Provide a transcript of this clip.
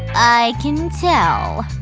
i can tell.